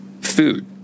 food